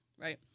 right